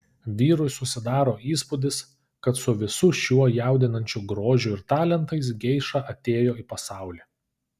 vyrui susidaro įspūdis kad su visu šiuo jaudinančiu grožiu ir talentais geiša atėjo į pasaulį